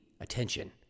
attention